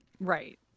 Right